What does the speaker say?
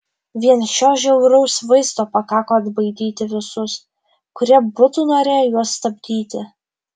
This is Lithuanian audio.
vien šio žiauraus vaizdo pakako atbaidyti visus kurie būtų norėję juos stabdyti